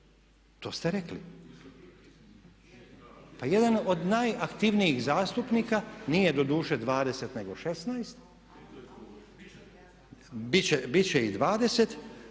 To ste rekli. Pa jedan od najaktivnijih zastupnika, nije doduše 20 nego 16, bit će i 20,